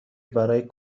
برای